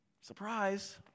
Surprise